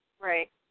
Right